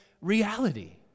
reality